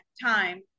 time